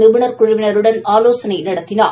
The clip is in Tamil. நிபுணர் குழுவினருடன் ஆலோசனை நடத்தினார்